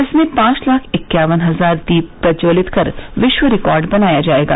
इसमें पांच लाख इक्यावन हजार दीप प्रज्जवलित कर विश्व रिकार्ड बनाया जायेगा